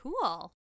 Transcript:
Cool